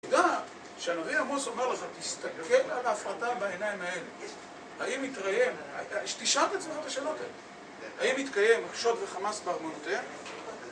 תדע שהנביא עמוס אומר לך, תסתכל על ההפרטה בעיניים האלה. האם יתראם... תשאל את עצמאות השאלות האלה. האם יתקיים מהשוד וחמס בארמונותהם?